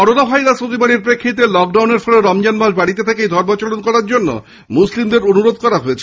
corona virus অতিমারির প্রেক্ষিতে লকডাউনের ফলে রামজান মাস বাড়িতে থেকেই ধর্মাচরণ করার জন্য মুসলিমদের অনুরোধ করা হয়েছে